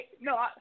No